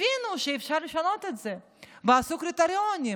הבינו שאפשר לשנות את זה ועשו קריטריונים: